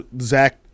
Zach